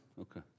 Okay